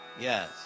Yes